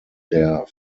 der